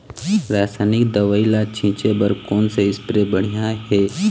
रासायनिक दवई ला छिचे बर कोन से स्प्रे बढ़िया हे?